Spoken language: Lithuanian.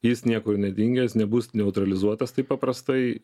jis niekur nedingęs nebus neutralizuotas taip paprastai